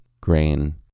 grain